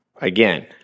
again